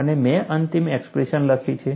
અને મેં અંતિમ એક્સપ્રેશન લખી છે